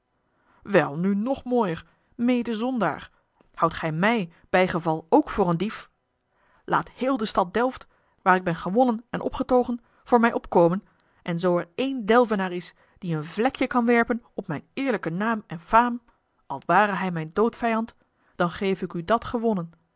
wel nu nog mooier medezondaar houdt gij mij bijgeval ook voor een dief laat heel de stad delft waar ik ben gewonnen en opgetogen voor mij opkomen en zoo er één delvenaar is die een vlekje kan werpen op mijn eerlijken naam en faam al ware hij mijn doodvijand dan geve ik u dat gewonnen